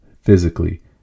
physically